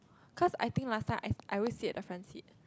cause I think last time I I always sit at the front seat